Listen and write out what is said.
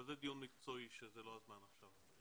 אבל זה דיון מקצועי שזה לא הזמן עכשיו.